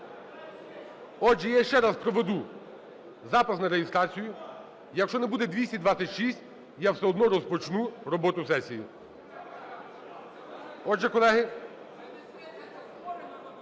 Отже, я ще раз проведу запис на реєстрацію. Якщо не буде 226, я все одно розпочну роботу сесії.